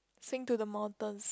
sing to the mountains